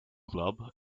club